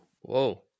Whoa